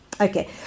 Okay